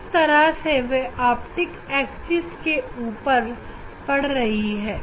किस दिशा से वह ऑप्टिक एक्सिस के ऊपर पड़ रही है